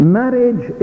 marriage